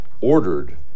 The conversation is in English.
ordered